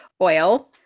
oil